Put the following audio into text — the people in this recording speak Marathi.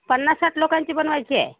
पन्नास साठ लोकांची बनवायची आहे